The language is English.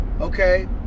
Okay